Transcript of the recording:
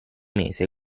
mese